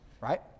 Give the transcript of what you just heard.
right